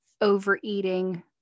overeating